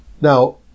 Now